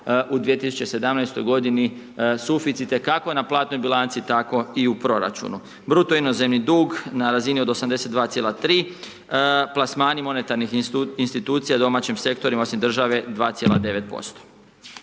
u 2017. g. suficite, kako na platnoj bilanci tako i u proračunu. Bruto inozemni dug, na razini od 82,3 plasmani monetarnih institucija domaćih sektorima osim države 2,9%.